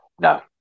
No